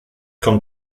kommt